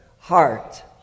heart